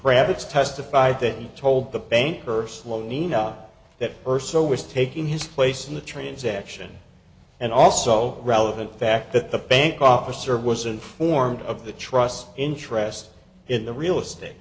kravitz testified that he told the banker sloan nina that earth so was taking his place in the transaction and also relevant fact that the bank officer was informed of the trust interest in the real estate